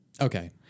Okay